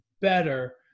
better